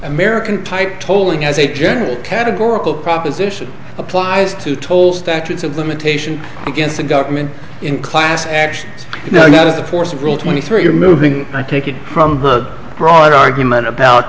american type tolling as a general categorical proposition applies to tolls statutes of limitation against the government in class actions not in the force of rule twenty three you're moving i take it from the broader argument about